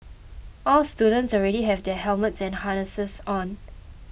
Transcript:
all students already have their helmets and harnesses on